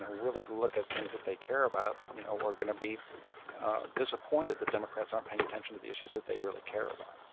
really look at things that they care about, you know, are going to be disappointed that democrats aren't paying attention to the issues that they really care about